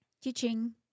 teaching